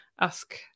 ask